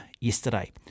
yesterday